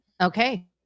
Okay